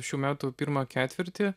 šių metų pirmą ketvirtį